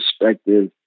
perspective